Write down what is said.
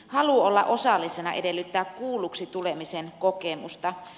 halu olla osallisena edellyttää kuulluksi tulemisen kokemusta